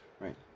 right